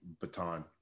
baton